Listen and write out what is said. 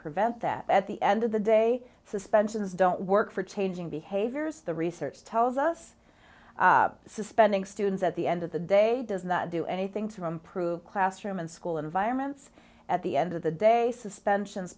prevent that at the end of the day suspensions don't work for changing behaviors the research tells us suspending students at the end of the day does not do anything to improve classroom and school environments at the end of the day suspension